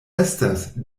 estas